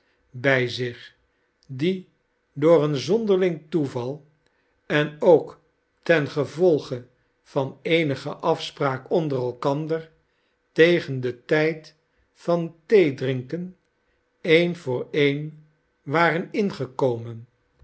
bij zich die door een zonderling toeval en ook ten gevolge van eenige afspraak onder elkander tegen den tijd van theedrinken een voor een waren ingekomen